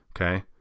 Okay